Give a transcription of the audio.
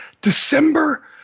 December